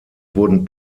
wurden